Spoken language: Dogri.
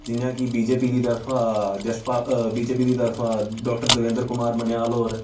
जियां कि बीजेपी दी तरफा यशपाल बीजेपी दी तरफा डाक्टर दवेंद्र कुमार मनेयाल होर